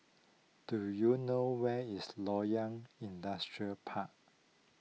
do you know where is Loyang Industrial Park